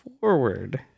forward